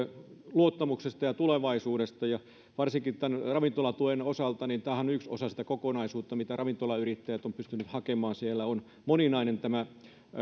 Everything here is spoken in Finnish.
luottamuksesta ja tulevaisuudesta ja varsinkin tämän ravintolatuen osalta tämähän on yksi osa sitä kokonaisuutta mitä ravintolayrittäjät ovat pystyneet hakemaan siellä on moninainen tämä